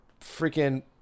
freaking